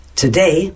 today